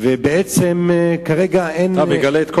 אתה מגלה את כל